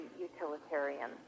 utilitarian